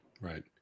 Right